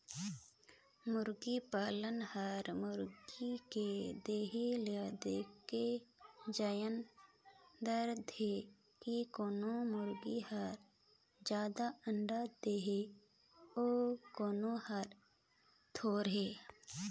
मुरगी पालक हर मुरगी के देह ल देखके जायन दारथे कि कोन मुरगी हर जादा अंडा देहि अउ कोन हर थोरहें